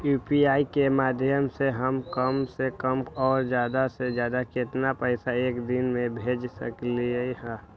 UPI के माध्यम से हम कम से कम और ज्यादा से ज्यादा केतना पैसा एक दिन में भेज सकलियै ह?